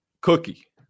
cookie